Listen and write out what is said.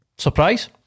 Surprise